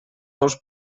ous